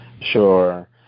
sure